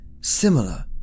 similar